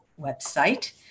website